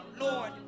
Lord